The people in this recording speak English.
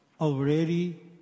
already